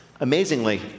amazingly